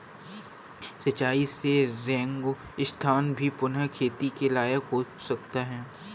सिंचाई से रेगिस्तान भी पुनः खेती के लायक हो सकता है